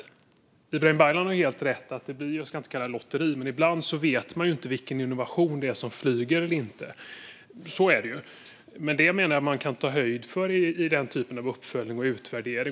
Jag ska inte kalla det ett lotteri, men Ibrahim Baylan har helt rätt i att man ibland inte vet vilken innovation det är som flyger och inte. Så är det ju, men det menar jag att man kan ta höjd för i den här typen av uppföljning och utvärdering.